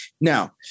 Now